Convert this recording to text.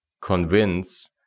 convince